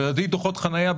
אבל בדוחות חנייה,